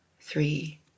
three